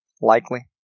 Likely